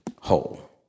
whole